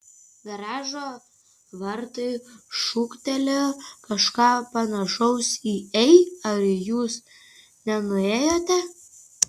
garažo vartai šūktelėjo kažką panašaus į ei ar jūs nenuėjote